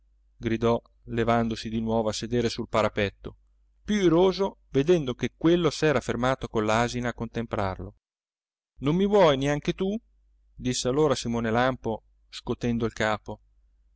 gridò levandosi di nuovo a sedere sul parapetto più iroso vedendo che quello s'era fermato con l'asina a contemplarlo non mi vuoi neanche tu disse allora simone lampo scotendo il capo